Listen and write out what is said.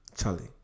Charlie